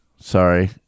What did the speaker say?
sorry